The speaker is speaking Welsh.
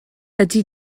ydy